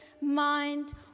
mind